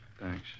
Thanks